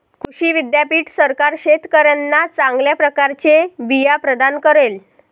कृषी विद्यापीठ सरकार शेतकऱ्यांना चांगल्या प्रकारचे बिया प्रदान करेल